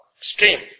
stream